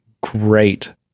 great